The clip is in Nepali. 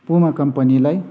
पुमा कम्पनीलाई